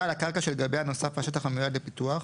בעל הקרקע שלגביה נוסף השטח המיועד לפיתוח,